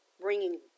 Bringing